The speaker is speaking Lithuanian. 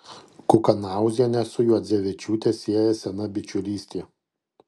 kukanauzienę su juodzevičiūte sieja sena bičiulystė